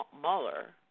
Mueller